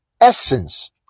essence